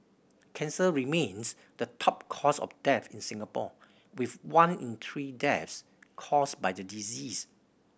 cancer remains the top cause of death in Singapore with one in three deaths caused by the disease